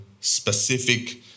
specific